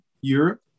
Europe